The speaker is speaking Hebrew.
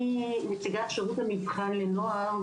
אני נציגת שירות המבחן לנוער.